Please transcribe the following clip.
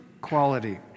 quality